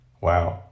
Wow